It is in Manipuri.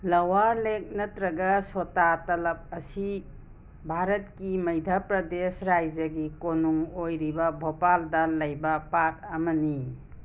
ꯂꯋꯥꯔ ꯂꯦꯛ ꯅꯠꯇ꯭ꯔꯒ ꯁꯣꯇꯥ ꯇꯂꯞ ꯑꯁꯤ ꯚꯥꯔꯠꯀꯤ ꯃꯩꯙ ꯄ꯭ꯔꯗꯦꯁ ꯔꯥꯏꯖ꯭ꯌꯒꯤ ꯀꯣꯅꯨꯡ ꯑꯣꯏꯔꯤꯕ ꯚꯣꯄꯥꯜꯗ ꯂꯩꯕ ꯄꯥꯠ ꯑꯃꯅꯤ